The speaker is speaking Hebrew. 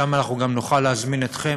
לשם אנחנו גם נוכל להזמין אתכם.